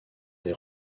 des